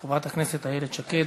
חברת הכנסת איילת שקד.